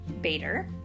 Bader